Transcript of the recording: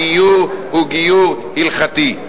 הגיור הוא גיור הלכתי.